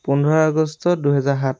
পোন্ধৰ আগষ্ট দুহেজাৰ সাত